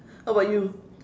how about you